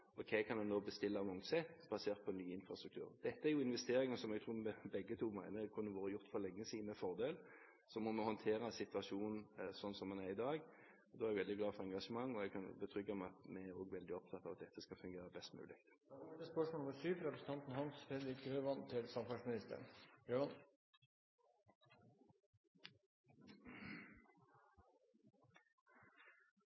og hva kan en bestille av vognsett, basert på ny infrastruktur? Dette er jo investeringer som jeg tror vi begge to mener med fordel kunne vært gjort for lenge siden. Så må vi håndtere situasjonen sånn som den er i dag. Da er jeg veldig glad for engasjement, og jeg kan betrygge med at vi også er veldig opptatt av at dette skal fungere best mulig. Jeg tillater meg å stille følgende spørsmål